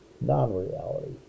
non-reality